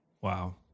Wow